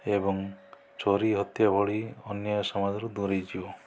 ଏବଂ ଚୋରି ହତ୍ୟା ଭଳି ଅନ୍ୟାୟ ସମାଜରୁ ଦୂରେଇ ଯିବ